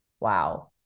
wow